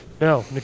no